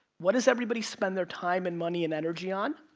what does everybody spend their time and money and energy on?